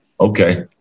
Okay